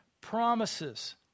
promises